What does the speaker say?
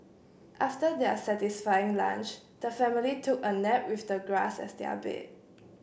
after their satisfying lunch the family took a nap with the grass as their bed